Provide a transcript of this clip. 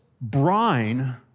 brine